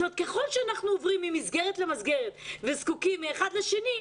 זאת אומרת שככל שאנחנו עוברים ממסגרת למסגרת וזקוקים מאחד לשני,